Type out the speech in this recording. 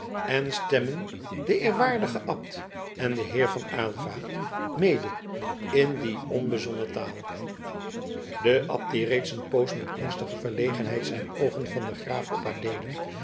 en stemmen de eerwaardige abt en de heer van aylva mede in die onbezonnen taal de abt die reeds een poos met angstige verlegenheid zijn oogen van den graaf op adeelen